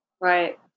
Right